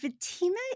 Fatima